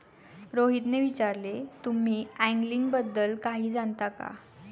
रोहितने विचारले, तुम्ही अँगलिंग बद्दल काही जाणता का?